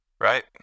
Right